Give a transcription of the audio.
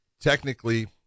Technically